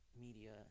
media